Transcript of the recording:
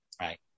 right